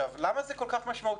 למה זה כל כך משמעותי?